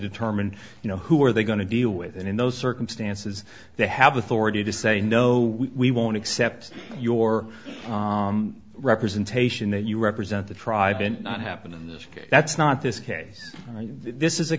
determine you know who are they going to deal with and in those circumstances they have authority to say no we won't accept your representation that you represent the tribe and not happen in this case that's not this case this is a